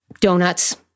donuts